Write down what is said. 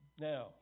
now